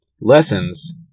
lessons